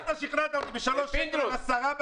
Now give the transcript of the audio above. פינדרוס.